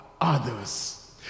others